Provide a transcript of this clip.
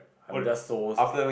I'm just so scared